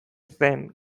zen